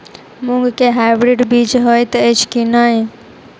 मूँग केँ हाइब्रिड बीज हएत अछि की नै?